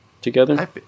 together